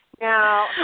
Now